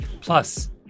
Plus